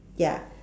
ya